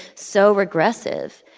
so regressive.